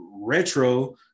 retro